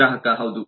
ಗ್ರಾಹಕ ಹೌದು